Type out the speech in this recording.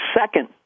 second